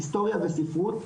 היסטוריה וספרות,